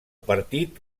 partit